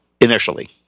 initially